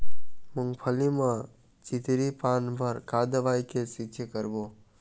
मूंगफली म चितरी पान बर का दवई के छींचे करबो?